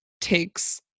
takes –